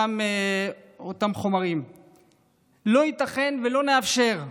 זה לא ייתכן, ולא נאפשר.